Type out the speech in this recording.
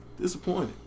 Disappointed